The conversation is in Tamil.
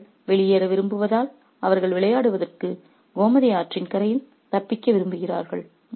அவர்கள் வெளியேற விரும்புவதால் அவர்கள் விளையாடுவதற்கு கோமதி ஆற்றின் கரையில் தப்பிக்க விரும்புகிறார்கள்